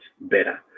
better